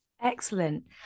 excellent